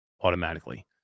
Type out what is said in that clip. automatically